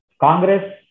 Congress